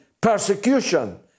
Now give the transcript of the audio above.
persecution